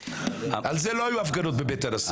על זה לא היו הפגנות בבית הנשיא.